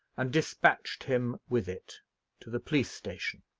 and despatched him with it to the police-station.